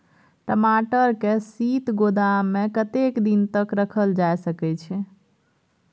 टमाटर के शीत गोदाम में कतेक दिन तक रखल जा सकय छैय?